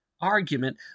argument